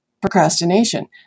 procrastination